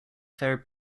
fair